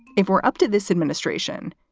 if we're up to this administration,